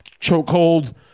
chokehold